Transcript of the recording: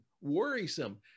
worrisome